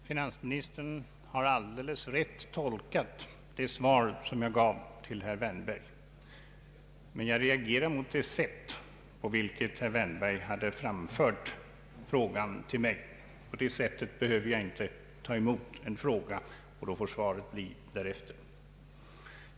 Herr talman! Finansministern har rätt tolkat det svar som jag gav till herr Wärnberg, men jag reagerar mot det sätt på vilket herr Wärnberg framställde frågan till mig. På det sättet behöver jag inte ta emot en fråga — då får svaret bli därefter.